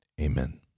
Amen